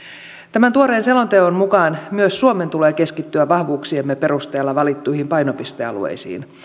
tämän tuoreen selonteon mukaan myös suomen tulee keskittyä vahvuuksiemme perusteella valittuihin painopistealueisiin